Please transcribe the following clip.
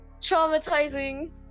traumatizing